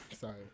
Sorry